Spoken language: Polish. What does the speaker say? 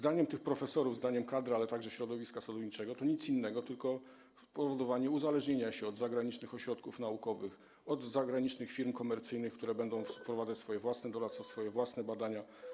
Zdaniem tych profesorów, zdaniem kadr, a także środowiska sadowniczego to nic innego, jak tylko uzależnianie się od zagranicznych ośrodków naukowych, od zagranicznych firm komercyjnych, które będą wprowadzać swoje własne doradztwo, swoje własne badania.